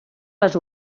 les